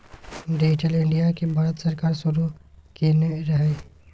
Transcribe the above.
digital India केँ भारत सरकार शुरू केने रहय